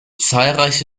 zahlreiche